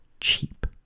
cheap